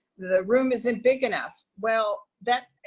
the room isn't big enough. well that,